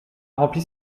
rempli